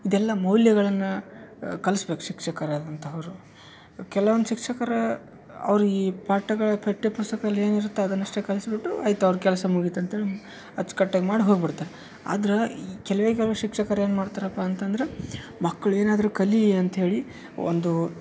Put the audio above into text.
ಇದೆಲ್ಲ ಮೌಲ್ಯಗಳನ್ನ ಕಲ್ಸ್ಬೇಕು ಶಿಕ್ಷಕರಾದಂಥವ್ರು ಕೆಲ್ವೊಂದು ಶಿಕ್ಷಕರ ಅವ್ರಿಗೆ ಈ ಪಾಠಗಳು ಪಠ್ಯ ಪುಸ್ತಕದಲ್ಲಿ ಏನಿರತ್ತೊ ಅದನ್ನ ಅಷ್ಟೇ ಕಲ್ಸ್ಬಿಟ್ಟು ಆಯಿತು ಅವ್ರ ಕೆಲಸ ಮುಗಿತು ಅಂತ್ಹೇಳಿ ಅಚ್ಕಟ್ಟಾಗಿ ಮಾಡಿ ಹೋಗ್ಬಿಡ್ತಾರೆ ಆದರ ಈ ಕೆಲವೇ ಕೆಲವ ಶಿಕ್ಷಕ್ರು ಏನು ಮಾಡ್ತರಪ ಅಂತಂದ್ರೆ ಮಕ್ಳು ಏನಾದರು ಕಲಿಲಿ ಅಂತ್ಹೇಳಿ ಒಂದು